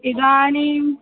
इदानीम्